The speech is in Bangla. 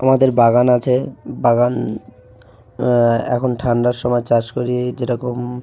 আমাদের বাগান আছে বাগান এখন ঠান্ডার সময় চাষ করি যে রকম